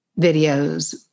videos